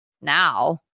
now